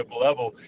level